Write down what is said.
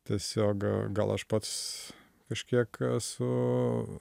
tiesiog gal aš pats kažkiek esu